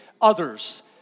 others